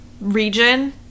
region